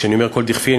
כשאני אומר: כל דכפין,